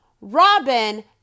Robin